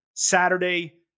Saturday